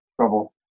trouble